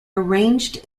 arranged